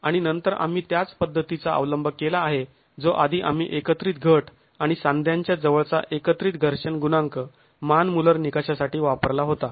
आणि नंतर आम्ही त्याच पद्धतीचा अवलंब केला आहे जो आधी आम्ही एकत्रित घट आणि सांध्या जवळचा एकत्रित घर्षण गुणांक मान मुल्लर निकषासाठी वापरला होता